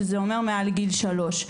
שזה מעל גיל שלוש.